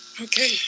okay